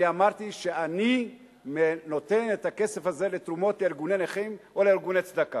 אני אמרתי שאני נותן את הכסף הזה לתרומות לארגוני נכים או לארגוני צדקה.